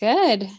Good